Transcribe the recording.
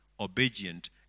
Obedient